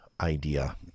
idea